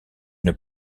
une